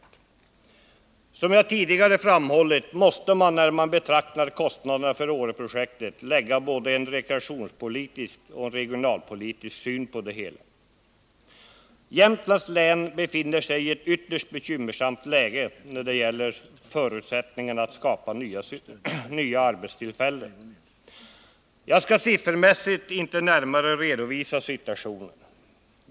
När man diskuterar kostnaderna för Åreprojektet måste man, som jag tidigare framhållit, se dem ur både rekreationspolitisk och regionalpolitisk synvinkel. Jämtlands län befinner sig i ett ytterst bekymmersamt läge när det gäller förutsättningarna att skapa nya arbetstillfällen. Jag skall siffermässigt inte närmare redovisa situationen.